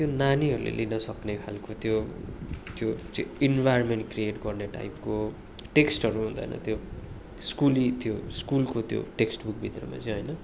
त्यो नानीहरूले लिनु सक्ने खाले त्यो त्यो इन्भाइरोमेन्ट क्रिएट गर्ने टाइपको टेक्स्टहरू हुँदैन त्यो स्कुली त्यो स्कुलको त्यो टेक्स्ट बुक भित्रमा चाहिँ होइन